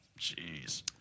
Jeez